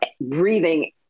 breathing